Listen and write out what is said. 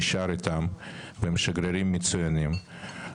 נשאר איתם והם שגרירים מצוינים.